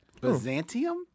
Byzantium